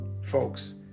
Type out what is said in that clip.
folks